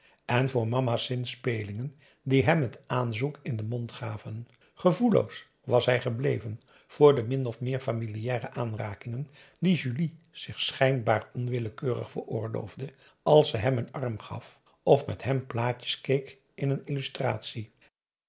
en voor mama's zinspelingen die hem het aanzoek in den mond gaven gevoelloos was hij gebleven voor de p a daum hoe hij raad van indië werd onder ps maurits min of meer familiare aanrakingen die julie zich schijnbaar onwillekeurig veroorloofde als ze hem n arm gaf of met hem plaatjes keek in een illustratie